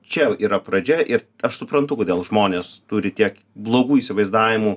čia yra pradžia ir aš suprantu kodėl žmonės turi tiek blogų įsivaizdavimų